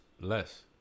less